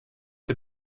der